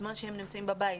בזמן שהם נמצאים בבית,